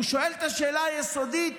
הוא שואל את השאלה היסודית: